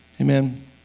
Amen